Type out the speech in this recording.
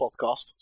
podcast